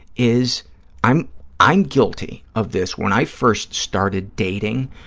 is i'm i'm guilty of this. when i first started dating,